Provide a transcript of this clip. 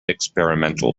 experimental